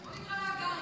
בואו נקרא להגרי.